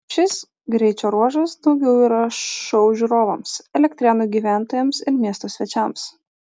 šis greičio ruožas daugiau yra šou žiūrovams elektrėnų gyventojams ir miesto svečiams